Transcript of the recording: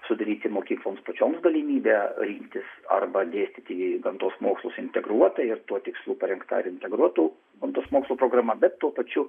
sudaryti mokykloms pačioms galimybę imtis arba dėstyti gamtos mokslus integruotai ir tuo tikslu parengta integruotų gamtos mokslų programa bet tuo pačiu